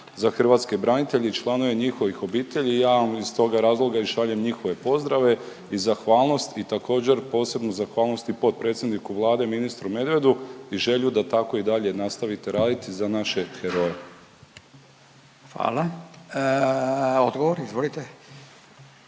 Hvala. Odgovor izvolite.